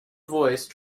voice